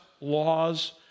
laws